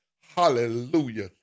Hallelujah